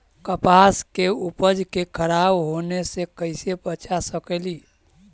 कपास के उपज के खराब होने से कैसे बचा सकेली?